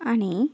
ଆଣି